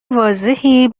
واضحی